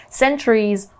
centuries